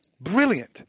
brilliant